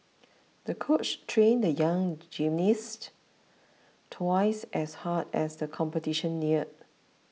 the coach trained the young gymnast twice as hard as the competition neared